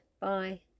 bye